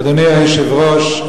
אדוני היושב-ראש,